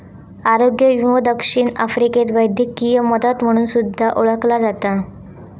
आरोग्य विमो दक्षिण आफ्रिकेत वैद्यकीय मदत म्हणून सुद्धा ओळखला जाता